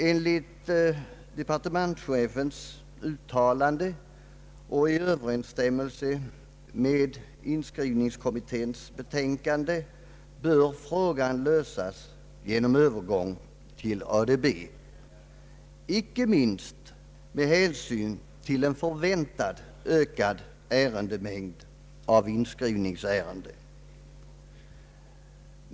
Enligt departementschefens uttalande och i överensstämmelse med inskrivningskommitténs betänkande bör frågan lösas genom övergång till ADB, icke minst med hänsyn till en förväntad ökad mängd av inskrivningsärenden.